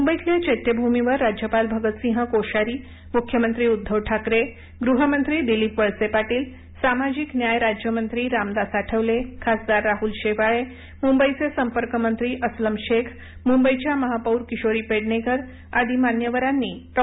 मुंबईतल्या चैत्यभूमीवर राज्यपाल भगत सिंह कोश्यारी मुख्यमंत्री उद्घव ठाकरे गृहमंत्री दिलीप वळसे पाटील सामाजिक न्याय राज्यमंत्री रामदास आठवले खासदार राहुल शेवाळे मुंबईचे संपर्कमंत्री अस्लम शेख मुंबईच्या महापौर किशोरी पेडणेकर आदी मान्यवरांनी डॉ